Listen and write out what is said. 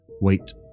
wait